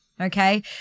okay